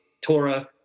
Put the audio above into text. Torah